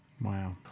Wow